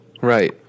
Right